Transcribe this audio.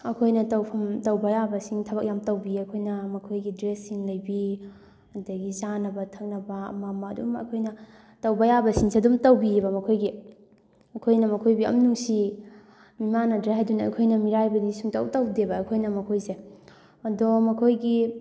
ꯑꯩꯈꯣꯏꯅ ꯇꯧꯐꯝ ꯇꯧꯕ ꯌꯥꯕꯁꯤꯡ ꯊꯕꯛ ꯌꯥꯝ ꯇꯧꯕꯤ ꯑꯩꯈꯣꯏꯅ ꯃꯈꯣꯏꯒꯤ ꯗ꯭ꯔꯦꯁꯁꯤꯡ ꯂꯩꯕꯤ ꯑꯗꯒꯤ ꯆꯥꯅꯕ ꯊꯛꯅꯕ ꯑꯃ ꯑꯃ ꯑꯗꯨꯝ ꯑꯩꯈꯣꯏꯅ ꯇꯧꯕ ꯌꯥꯕꯥꯁꯤꯡꯁꯦ ꯑꯗꯨꯝ ꯇꯧꯕꯤꯌꯦꯕ ꯃꯈꯣꯏꯒꯤ ꯑꯩꯈꯣꯏꯅ ꯃꯈꯣꯏꯕꯨ ꯌꯥꯝ ꯅꯨꯡꯁꯤꯌꯦ ꯃꯤꯃꯥꯟꯅꯗ꯭ꯔꯦ ꯍꯥꯏꯗꯨꯅ ꯑꯩꯈꯣꯏꯅ ꯃꯤꯔꯥꯏꯕꯗꯤ ꯁꯨꯡꯇꯧ ꯇꯧꯗꯦꯕ ꯑꯩꯈꯣꯏꯅ ꯃꯈꯣꯏꯁꯦ ꯑꯗꯣ ꯃꯈꯣꯏꯒꯤ